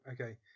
Okay